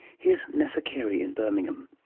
here's nessa carey in birmingham.